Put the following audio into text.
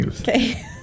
Okay